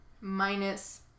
minus